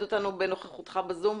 בבקשה.